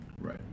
Right